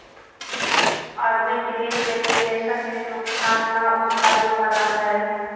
arbitrage में निवेशक के नुकसान न उठावे पड़ऽ है